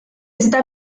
está